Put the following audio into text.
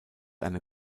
eine